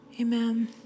Amen